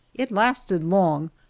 it lasted long,